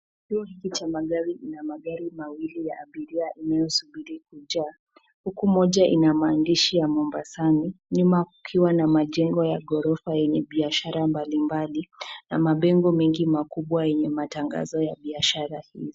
Kituo hiki cha magari kina magari mawili ya abiria inayosubiri kujaa, huku moja ina maandishi ya Mombasani, nyuma kukiwa na majengo ya ghorofa yenye biashara mbalimbali na mabango mengi makubwa yenye matangazo ya biashara